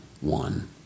One